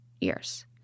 years